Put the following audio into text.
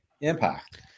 Impact